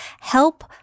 help